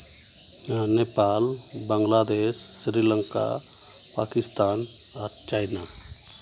Nepal Bangladesh Sri Lanka Pakistan ᱟᱨ China